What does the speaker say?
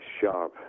sharp